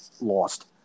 lost